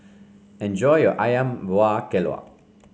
enjoy your ayam Buah Keluak